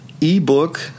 ebook